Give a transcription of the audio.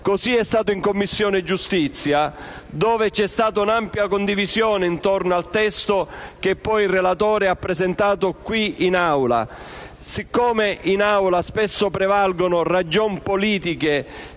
Così è stato in Commissione giustizia, dove c'è stata un'ampia condivisione intorno al testo che il relatore ha presentato qui in Aula. Ma poi, siccome in Aula spesso prevalgono ragioni politiche,